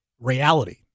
reality